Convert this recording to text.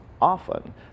often